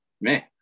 Man